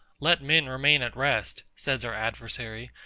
let men remain at rest, says our adversary,